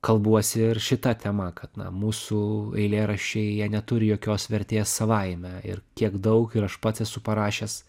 kalbuosi ir šita tema kad na mūsų eilėraščiai jie neturi jokios vertės savaime ir kiek daug ir aš pats esu parašęs